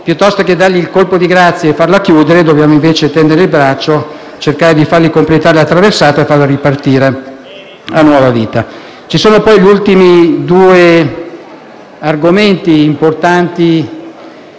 traversata, dandole il colpo di grazia e facendola chiudere, dobbiamo invece tendere il braccio, cercando di farle completare la traversata e farla ripartire a nuova vita. Ci sono poi gli ultimi due argomenti importanti